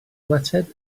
ymateb